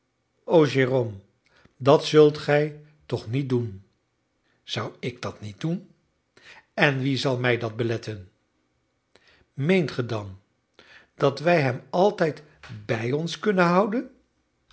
jérôme dat zult gij toch niet doen zou ik dat niet doen en wie zal mij dat beletten meent ge dan dat wij hem altijd bij ons kunnen houden